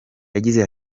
yagize